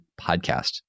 podcast